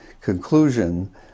conclusion